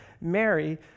Mary